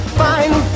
fine